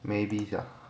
maybe ya